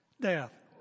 Death